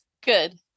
Good